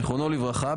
זיכרונו לברכה,